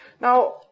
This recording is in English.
Now